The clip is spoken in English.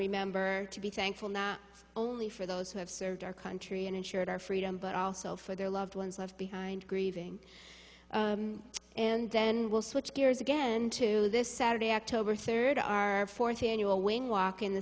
remember to be thankful not only for those who have served our country and ensured our freedom but also for their loved ones left behind grieving and then we'll switch gears again to this saturday october third our fourth annual win walk in the